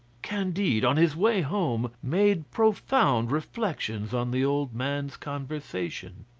candide, on his way home, made profound reflections on the old man's conversation.